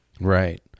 Right